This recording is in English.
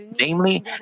Namely